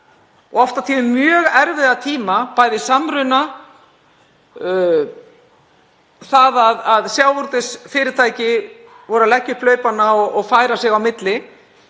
og oft og tíðum mjög erfiða tíma, bæði samruna og það að sjávarútvegsfyrirtæki voru að leggja upp laupana og færa sig á milli,